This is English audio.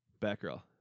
Batgirl